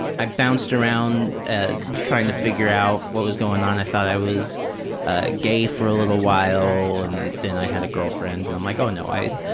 i bounced around ah trying to figure out what was going on. i thought i was ah gay for a little while and then i had a girlfriend and i'm like, oh, no,